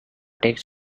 takes